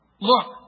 look